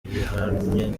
ibihwanye